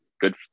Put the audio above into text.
good